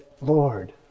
Lord